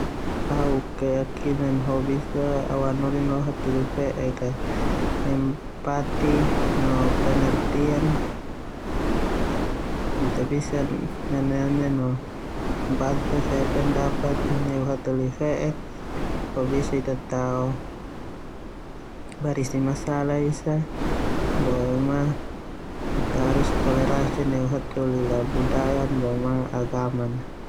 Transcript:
Hal penting yang bisa au anolin lo hataholi fe'ek a empati no pengertian, ita bisa nenene no bantu fe pendapat lo hataholi fe'ek ho bisa selesaikan masalah boema toleransi neu hataholi buadaya boema agama.